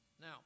Now